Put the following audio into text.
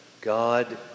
God